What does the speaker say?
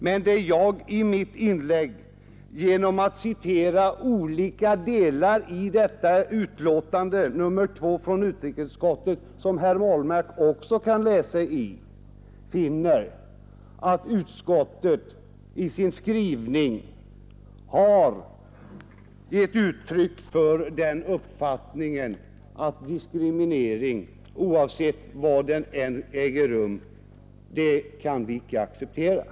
Men i mitt inlägg konstaterade jag, genom att citera olika delar i utrikesutskottets betänkande nr 2, som herr Ahlmark också kan läsa i, att utskottet i sin skrivning har gett uttryck för den uppfattningen att diskriminering icke kan accepteras oavsett var den äger rum.